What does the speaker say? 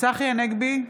צחי הנגבי,